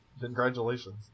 congratulations